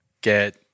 get